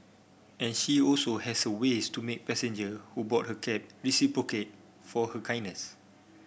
and she also has her ways to make passenger who board her cab reciprocate for her kindness